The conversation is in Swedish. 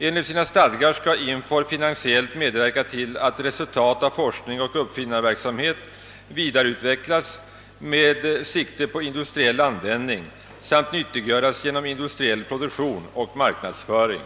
Enligt sina stadgar skall INFOR finansiellt medverka till att resultat av forskning och uppfinnarverksamhet vidareutvecklas med sikte på industriell användning samt nyttiggöres genom industriell produktion och marknadsföring.